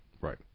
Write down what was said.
Right